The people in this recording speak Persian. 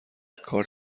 کار